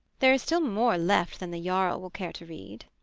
there is still more left than the jarl will care to read.